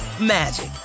magic